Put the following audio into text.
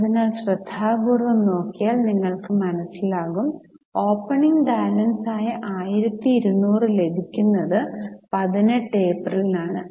അതിനാൽ ശ്രദ്ധാപൂർവ്വം നോക്കിയാൽ നിങ്ങൾക്കു മനസിലാകും ഓപ്പണിങ് ബാലൻസ് ആയ 1200 ലഭിക്കുന്നത് 18 ഏപ്രിൽ ആണ്